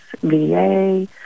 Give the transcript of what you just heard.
VA